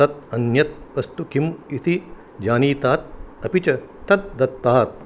तत् अन्यत् वस्तु किम् इति जानीतात् अपि च तत् दत्तात्